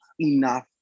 enough